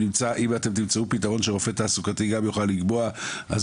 אם תמצאו פתרון שרופא תעסוקתי גם יוכל לקבוע אז